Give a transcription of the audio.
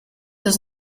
does